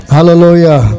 Hallelujah